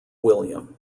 william